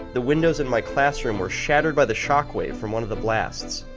the windows in my classroom were shattered by the shock wave from one of the blasts.